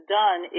done